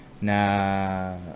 na